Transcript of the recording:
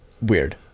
Weird